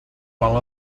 while